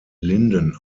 linden